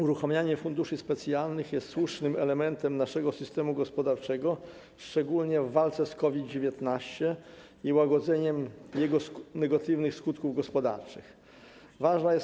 Uruchamianie funduszy specjalnych jest słusznym elementem naszego systemu gospodarczego, szczególnie w walce z COVID-19, służącym łagodzeniu negatywnych skutków gospodarczych pandemii.